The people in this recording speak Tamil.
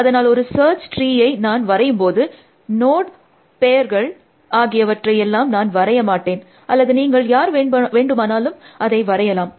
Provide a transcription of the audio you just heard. அதனால் ஒரு சர்ச் ட்ரீயை நான் வரையும்போது நோட் பேர்கள் ஆகியவற்றை எல்லாம் நான் வரைய மாட்டேன் அல்லது நீங்கள் யார் வேண்டுமானாலும் அதை வரையலாம்